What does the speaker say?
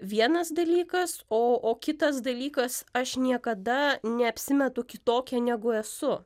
vienas dalykas o o kitas dalykas aš niekada neapsimetu kitokia negu esu